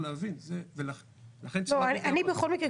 בכל מקרה,